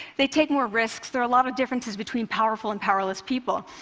they take more risks. there are a lot of differences between powerful and powerless people.